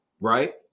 Right